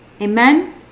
Amen